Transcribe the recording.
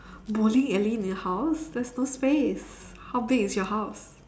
bowling alley in your house there's no space how big is your house